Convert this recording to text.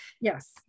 Yes